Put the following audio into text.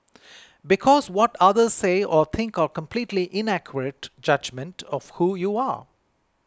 because what others say or think are completely inaccurate judgement of who you are